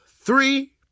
three